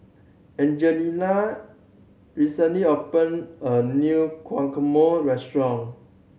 Angelina recently opened a new Guacamole Restaurant